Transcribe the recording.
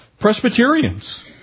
Presbyterians